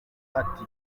ati